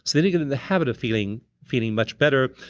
then, you get in the habit of feeling feeling much better.